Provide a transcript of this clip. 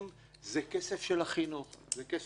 אם מישהו חייב כסף,